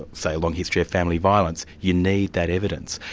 say a long history of family violence, you need that evidence.